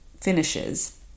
finishes